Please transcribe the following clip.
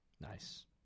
Nice